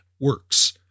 works